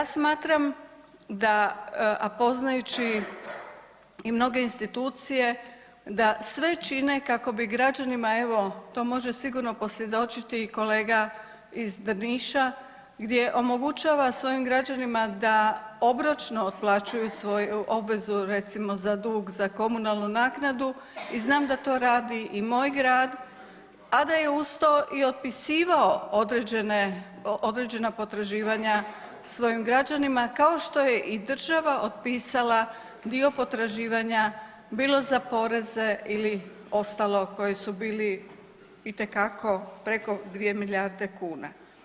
Ja smatram da a poznajući i mnoge institucije, da sve čine kako bi građanima evo, to može sigurno posvjedočiti i kolega iz Drniša gdje omogućava svojima građanima obročno otplaćuju svoju obvezu recimo za dug za komunalnu naknadu i znam da to radi i moj grad a da je uz to i otpisivao određena potraživanja svojim građanima kao što je država otpisala dio potraživanja, bilo za poreze ili ostalo koje su bili itekako preko 2 milijarde kuna.